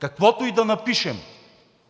Каквото и да напишем